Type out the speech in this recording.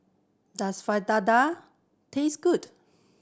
does Fritada taste good